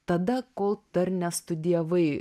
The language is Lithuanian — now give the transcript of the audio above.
tada kol dar nestudijavai